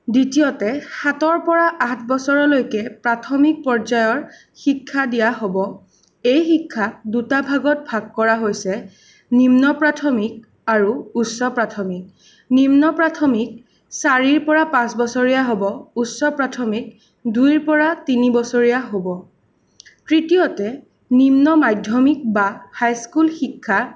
দ্বিতীয়তে সাতৰ পৰা আঠ বছৰলৈকে প্ৰাথমিক পৰ্যায়ৰ শিক্ষা দিয়া হ'ব এই শিক্ষা দুটা ভাগত ভাগ কৰা হৈছে নিম্ন প্ৰাথমিক আৰু উচ্চ প্ৰাথমিক নিম্ন প্ৰাথমিক চাৰিৰ পৰা পাঁচবছৰীয়া হ'ব উচ্চ প্ৰাথমিক দুইৰ পৰা তিনিবছৰীয়া হ'ব তৃতীয়তে নিম্ন মাধ্যমিক বা হাই স্কুল শিক্ষা